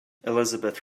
elizabeth